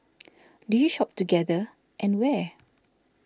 do you shop together and where